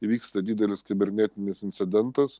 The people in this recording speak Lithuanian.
įvyksta didelis kibernetinis incidentas